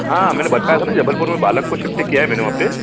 हाँ मैंने बताया था ना जबलपुर में बालक को शिफ़्ट किया है मैंने वहाँ पर